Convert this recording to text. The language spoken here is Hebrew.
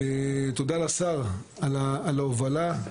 תודה לשר על ההובלה,